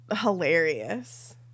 hilarious